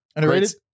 great